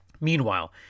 Meanwhile